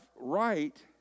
right